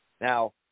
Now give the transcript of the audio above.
Now